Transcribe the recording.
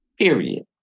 Period